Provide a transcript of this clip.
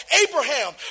Abraham